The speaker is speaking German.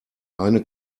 eine